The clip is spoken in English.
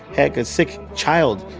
heck, a sikh child.